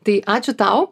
tai ačiū tau